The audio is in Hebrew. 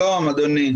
שלום, אדוני.